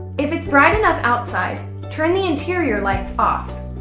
if it's bright enough outside, turn the interior lights off.